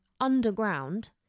underground